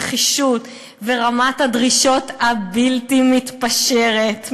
הנחישות ורמת הדרישות הבלתי-מתפשרת,